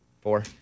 Four